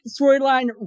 storyline